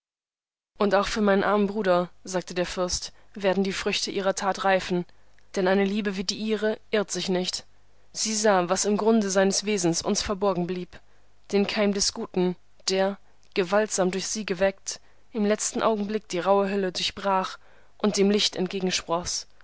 und auch für meinen armen bruder sagte der fürst werden die früchte ihrer tat reifen denn eine liebe wie die ihre irrt sich nicht sie sah was im grunde seines wesens uns verborgen blieb den keim des guten der gewaltsam durch sie geweckt im letzten augenblick die rauhe hülle durchbrach und dem licht